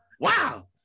Wow